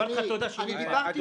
בבקשה.